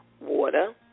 water